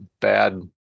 bad